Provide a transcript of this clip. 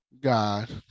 God